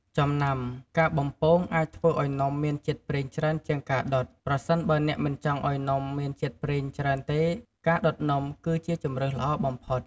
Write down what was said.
ចំណាំ ការបំពងអាចធ្វើឱ្យនំមានជាតិប្រេងច្រើនជាងការដុត ប្រសិនបើអ្នកមិនចង់ឱ្យនំមានជាតិប្រេងច្រើនទេ ការដុតនំគឺជាជម្រើសល្អបំផុត។